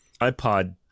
iPod